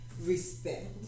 Respect